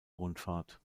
rundfahrt